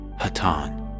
Hatan